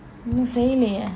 ஒன்னும் செய்யிலேயே:onum seiyilayae